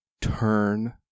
turn